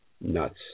Nuts